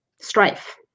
strife